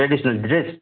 traditional dress